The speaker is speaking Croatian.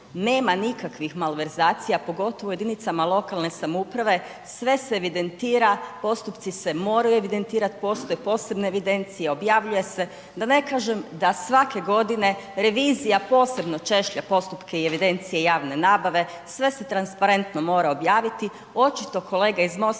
nema nikakvih malverzacija pogotovo u jedinicama lokalne samouprave, sve se evidentira, postupci se moraju evidentirati, postoje posebne evidencije, objavljuje se, da ne kažem da svake godine revizija posebno češlja postupke i evidencije javne nabave, sve se transparentno mora objaviti, očito kolege iz MOST-a